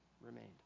remained